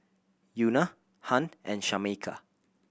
Euna Hunt and Shameka